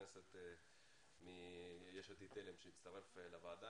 הכנסת מ"יש עתיד תלם" שהצטרף לוועדה,